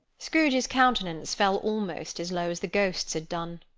scrooge's countenance fell almost as low as the ghost's had done.